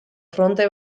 fronte